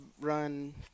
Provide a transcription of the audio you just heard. run –